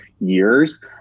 years